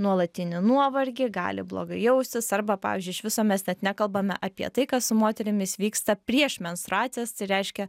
nuolatinį nuovargį gali blogai jaustis arba pavyzdžiui iš viso mes net nekalbame apie tai kas su moterimis vyksta prieš menstruacijas tai reiškia